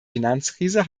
finanzkrise